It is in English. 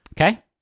Okay